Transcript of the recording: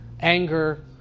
anger